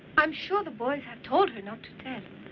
i'm sure the boys have told her not to tell.